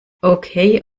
okay